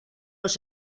los